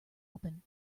open